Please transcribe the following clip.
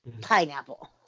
Pineapple